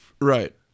Right